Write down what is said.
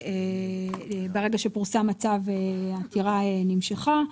ברגע שפורסם הצו העתירה נמשכה.